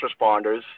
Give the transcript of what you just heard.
responders